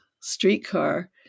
streetcar